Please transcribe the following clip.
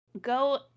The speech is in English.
Go